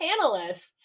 panelists